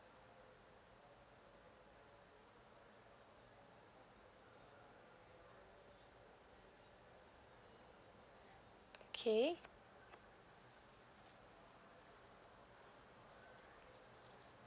okay